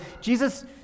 Jesus